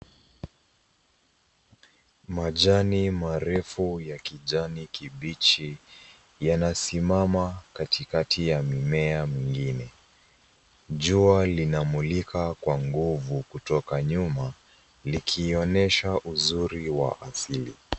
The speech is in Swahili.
Majani marefu ya kijani kibichi, yanasimama katikati ya mimea mingine. Jua linamulika kwa nguvu, kutoka nyuma likionesha uzuri wa asili.